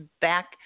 back